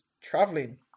traveling